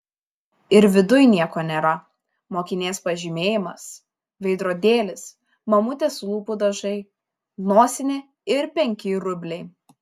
ir viduj nieko nėra mokinės pažymėjimas veidrodėlis mamutės lūpų dažai nosinė ir penki rubliai